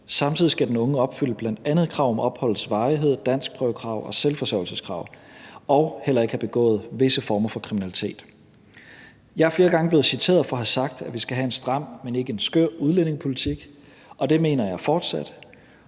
Samtidig skal den unge opfylde bl.a. krav om opholdets varighed, danskprøvekrav og selvforsørgelseskrav og heller ikke have begået visse former for kriminalitet. Jeg er flere gange blevet citeret for at have sagt, at vi skal have en stram, men ikke en skør udlændingepolitik, og det mener jeg fortsat.